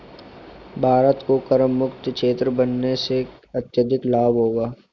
भारत को करमुक्त क्षेत्र बनाने से अत्यधिक लाभ होगा